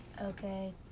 Okay